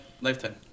lifetime